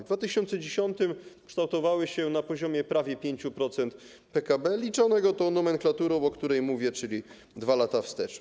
W 2010 r. kształtowały się na poziomie prawie 5% PKB liczonego według tej nomenklatury, o której mówię, czyli 2 lata wstecz.